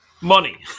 Money